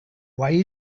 why